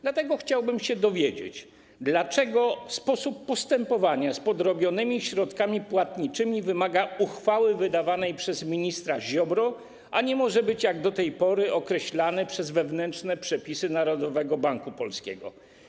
Dlatego chciałbym się dowiedzieć, dlaczego sposób postępowania z podrobionymi środkami płatniczymi wymaga uchwały wydawanej przez ministra Ziobrę, a nie może być, tak jak do tej pory, określany przez wewnętrzne przepisy Narodowego Banku Polskiego.